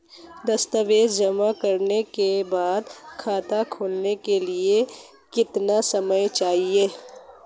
दस्तावेज़ जमा करने के बाद खाता खोलने के लिए कितना समय चाहिए?